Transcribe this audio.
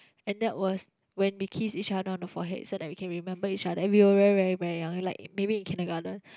and that was when we kiss each other on the forehead so that we can remember each other then we were very very very young like maybe kindergarten